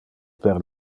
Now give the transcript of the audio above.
per